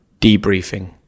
debriefing